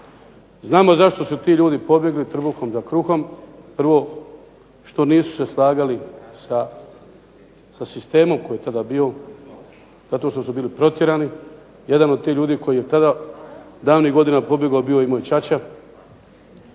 Znamo zašto su ti ljudi pobjegli trbuhom za kruhom. Prvo, što nisu se slagali sa sistemom koji je tada bio zato što su bili protjerani. Jedan od tih ljudi koji je tada davnih godina pobjegao bio je i moj ćaća,